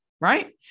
right